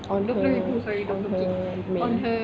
on her on her main